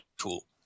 tool